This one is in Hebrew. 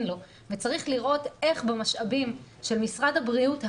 לו וצריך לראות איך במשאבים של משרד הבריאות היום,